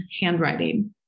handwriting